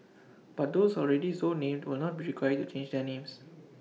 but those already so named will not be required to change their names